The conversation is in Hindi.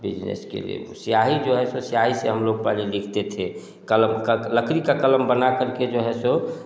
बिजनेस के लिए स्याही जो है तो स्याही से हम लोग पहले लिखते थे क़लम का लकड़ी का क़लम बना कर के जो है सो